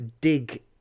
dig